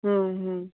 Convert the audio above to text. ହୁଁ ହୁଁ